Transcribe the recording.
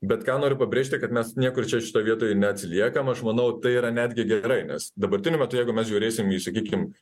bet ką noriu pabrėžti kad mes niekur čia šitoj vietoj neatsiliekam aš manau tai yra netgi gerai nes dabartiniu metu jeigu mes žiūrėsim į sakykim